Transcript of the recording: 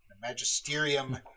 magisterium